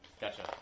Gotcha